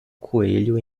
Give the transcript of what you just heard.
coelho